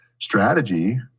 strategy